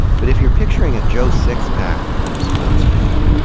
but if you're picturing a joe six pack kind of sports fan,